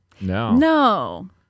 No